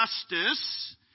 justice